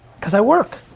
cause i work.